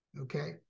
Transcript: okay